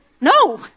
No